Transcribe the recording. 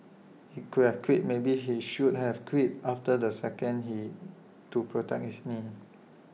he could have quit maybe he should have quit after the second he to protect his knee